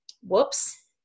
whoops